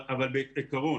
בעיקרון,